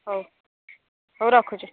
ହଉ ହଉ ରଖୁଛି